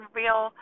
real